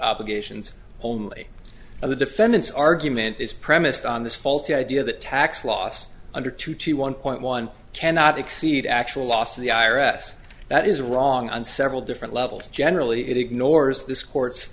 obligations only of the defendant's argument is premised on this faulty idea of the tax loss under two to one point one cannot exceed actual loss to the i r s that is wrong on several different levels generally it ignores this court